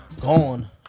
gone